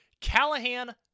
Callahan